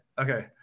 okay